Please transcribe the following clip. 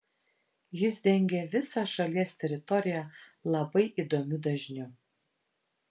jis dengė visą šalies teritoriją labai įdomiu dažniu